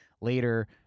Later